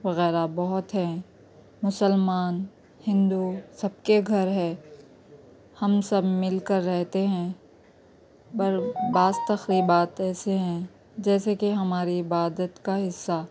وغیرہ بہت ہیں مسلمان ہندو سب کے گھر ہے ہم سب مل کر رہتے ہیں پر بعض تقریبات ایسے ہیں جیسے کہ ہماری عبادت کا حصہ